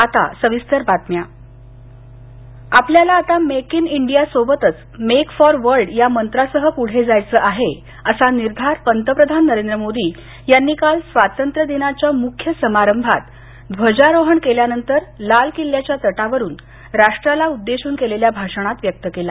आता सविस्तर बातम्या दिल्ली स्वातंत्र्यदिन आपल्याला आता मेक इन इंडियासोबतच मेक फॉर वर्ल्ड या मंत्रासह प्रढे जायचं असा निर्धार पंतप्रधान नरेंद्र मोदी यांनी काल स्वातंत्र्यदिनाच्या मुख्य समारंभात ध्वजारोहण केल्यानंतर लालकिल्याच्या तटावरून राष्ट्राला उद्देशून केलेल्या भाषणात व्यक्त केला